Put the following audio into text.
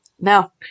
No